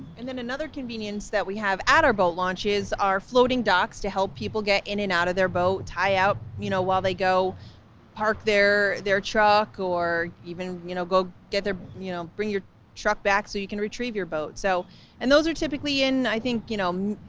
and then another convenience that we have at our boat launches are floating docks to help people get in and out of their boat, tie out, you know, while they go park their their truck or even you know go you know bring your truck back so you can retrieve your boat. so and those are typically in, i think, you know,